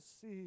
see